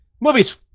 movie's